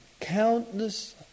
Countless